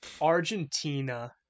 Argentina